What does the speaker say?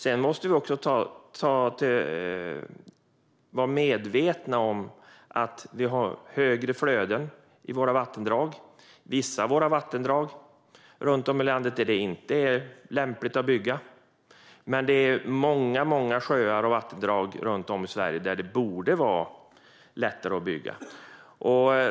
Vi måste också vara medvetna om att vi har högre flöden i våra vattendrag. Vid vissa av våra vattendrag runt om i landet är det inte lämpligt att bygga, men det finns många sjöar och vattendrag i Sverige där det borde vara lättare att bygga.